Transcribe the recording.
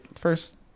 first